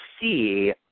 see